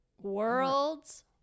world's